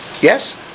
Yes